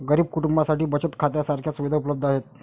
गरीब कुटुंबांसाठी बचत खात्या सारख्या सुविधा उपलब्ध आहेत